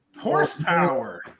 Horsepower